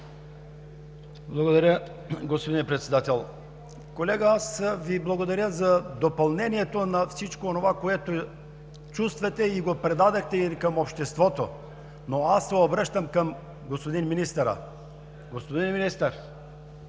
Благодаря, господин Председател. Колега, аз Ви благодаря за допълнението на всичко онова, което чувствате и го предадохте и към обществото. Но аз се обръщам към господин министъра. Господин Министър,